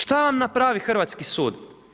Šta vam napravi hrvatski sud?